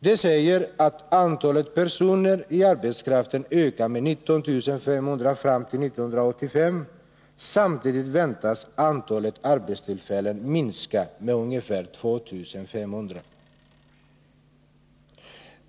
Den säger att antalet personer tillhörande arbetskraften ökar med 19 500 fram till 1985. Samtidigt väntas antalet arbetstillfällen minska med ungefär 2 500.